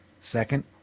Second